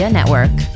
Network